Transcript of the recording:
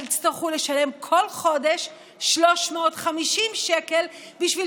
אבל יצטרכו לשלם כל חודש 350 שקל בשביל